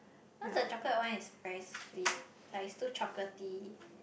cause the chocolate one is very sweet like it's too chocolatey